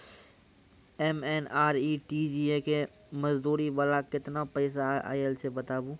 MNREGA के मज़दूरी वाला केतना पैसा आयल छै बताबू?